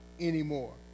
anymore